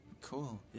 Cool